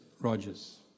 Rogers